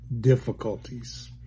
difficulties